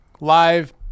live